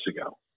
ago